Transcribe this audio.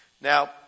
Now